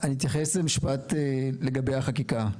אני אתייחס במשפט לגבי החקיקה.